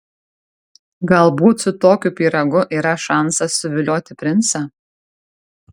galbūt su tokiu pyragu yra šansas suvilioti princą